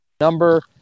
number